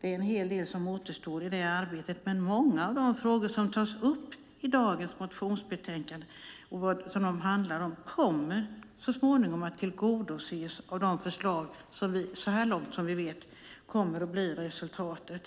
En hel del återstår i det arbetet, men många av de frågor som tas upp i detta motionsbetänkande kommer så småningom att bemötas i det förslag som vi så här långt vet kommer att bli resultatet.